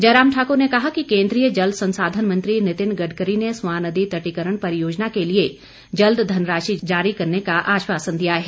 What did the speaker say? जयराम ठाकुर ने कहा कि केंद्रीय जल संसाधन मंत्री नितिन गडकरी ने स्वां नदी तटीकरण परियोजना के लिए जल्द धनराशि जारी करने का आश्वासन दिया है